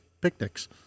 picnics